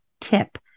tip